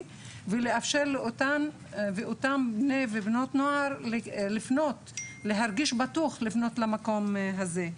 ולאפשר לאותם בני נוער להרגיש בטוח לפנות למקום הזה.